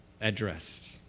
addressed